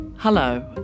Hello